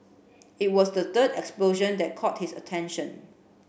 it was the third explosion that caught his attention